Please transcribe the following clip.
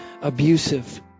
abusive